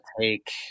take